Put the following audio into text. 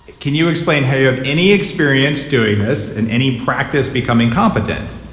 can you explain how you have any experience doing this and any practice becoming competent?